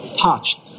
touched